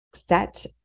set